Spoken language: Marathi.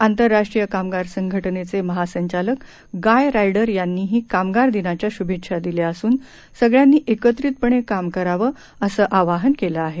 आंतरराष्ट्रीय कामगार संघटनेचे महासंचालक गाय रायडर यांनीही कामगार दिनाच्या शुभेच्छा दिल्या असून सगळ्यांनी एकत्रितपणे काम करावं असं आवाहन केलं आहे